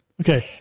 Okay